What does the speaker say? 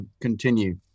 continue